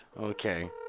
okay